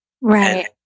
Right